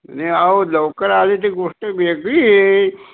अहो लवकर आले ते गोष्ट वेगळी ए